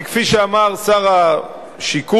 וכפי שאמר שר השיכון,